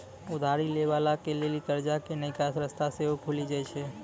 उधारी लै बाला के लेली कर्जा के नयका रस्ता सेहो खुलि जाय छै